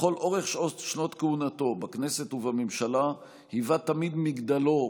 לכל אורך שנות כהונתו בכנסת ובממשלה היווה תמיד מגדלור